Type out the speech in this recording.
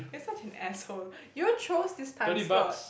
you're such an asshole you chose this time slot